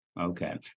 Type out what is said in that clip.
Okay